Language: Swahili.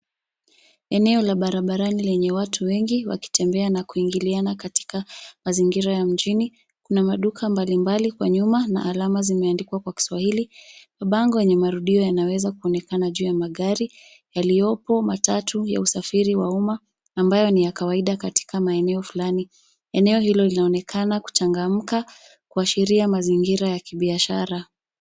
Eneo la barabarani lenye watu wengi wakitembea na kuingiliana katika mazingira ya mjini. Kuna maduka mbalimbali kwa nyuma na alama zimeandikwa kwa Kiswahili. Bango yenye marudio yanaweza kuonekana juu ya magari, yaliyopo matatu ya usafiri wa umma ambayo ni ya kawaida katika maeneo fulani. Eneo hilo linaonekana kuchangamka, kuashiria mazingira ya kibiashara.